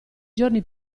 giorni